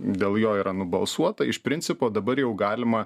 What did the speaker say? dėl jo yra nubalsuota iš principo dabar jau galima